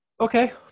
Okay